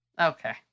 Okay